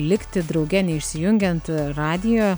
likti drauge neišsijungiant radijo